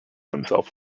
himself